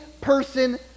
person